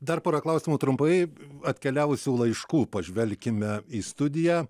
dar pora klausimų trumpai atkeliavusių laiškų pažvelkime į studiją